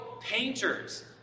painters